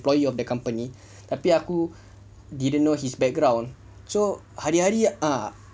employee of the company tapi aku didn't know his background so hari-hari ah